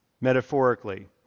metaphorically